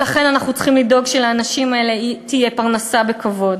לכן אנחנו צריכים לדאוג שלאנשים האלה תהיה פרנסה בכבוד